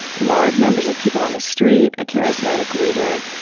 large numbers of people on the street, a charismatic leader,